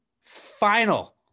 final